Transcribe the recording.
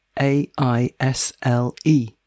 A-I-S-L-E